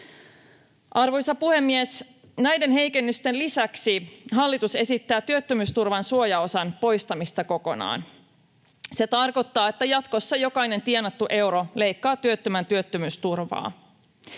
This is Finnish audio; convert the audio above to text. Arvoisa puhemies! Näiden heikennysten lisäksi hallitus esittää työttömyysturvan suojaosan poistamista kokonaan. Se tarkoittaa, että jatkossa jokainen tienattu euro leikkaa työttömän työttömyysturvaa.